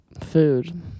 food